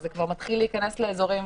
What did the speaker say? וזה כבר מתחיל להיכנס לאזורים